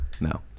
No